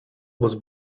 was